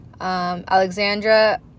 Alexandra